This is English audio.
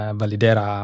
validera